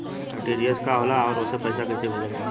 RTGS का होला आउरओ से पईसा कइसे भेजल जला?